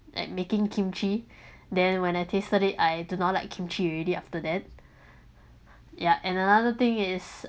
like making kimchi then when I tasted it I do not like kimchi already after that yeah and another thing is